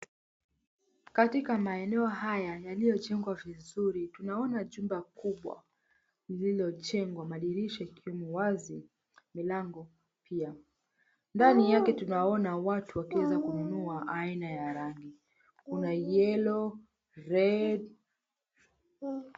Katika maeneo haya yaliyojengwa vizuri tunaona jumba kubwa lililojengwa madirisha ikiwemo wazi milango pia. Ndani yake tunaona watu wakiweza kununua aina ya rangi. Kuna yellow, red.